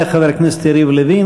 תודה לחבר הכנסת יריב לוין.